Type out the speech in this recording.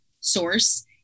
source